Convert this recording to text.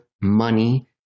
Money